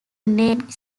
named